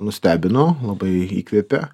nustebino labai įkvėpė